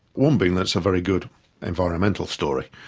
one being that it's a very good environmental story.